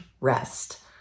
rest